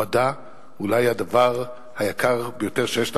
המדע הוא אולי הדבר היקר ביותר שיש לנו,